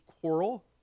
quarrel